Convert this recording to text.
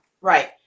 Right